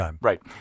Right